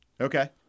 Okay